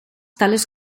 tales